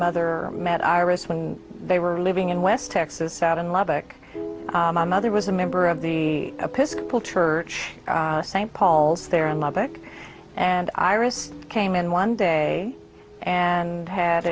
mother met iris when they were living in west texas out in lubbock my mother was a member of the piskun pull church st paul's there in lubbock and iris came in one day and had